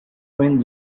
went